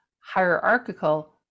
hierarchical